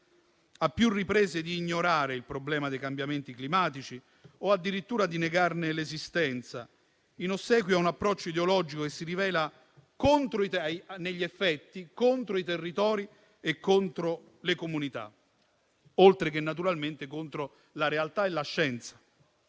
a più riprese di ignorare il problema dei cambiamenti climatici o addirittura di negarne l'esistenza, in ossequio a un approccio ideologico che si rivela negli effetti contro i territori e le comunità, oltre che contro la realtà e la scienza.